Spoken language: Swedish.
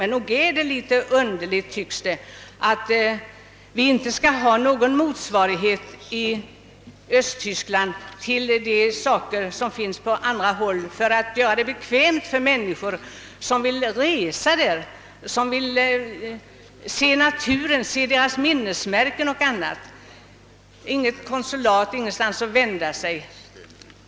Men nog är det litet underligt att det inte i Östtyskland skall finnas någon motsvarighet till vad som finns på andra håll för att göra det bekvämt för människor som vill resa för att se naturen, minnesmärken och annat. Det finns inget konsulat, ingenstans att vända sig.